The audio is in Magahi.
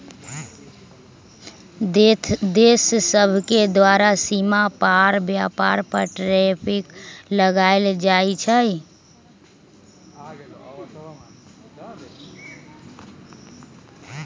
देश सभके द्वारा सीमा पार व्यापार पर टैरिफ लगायल जाइ छइ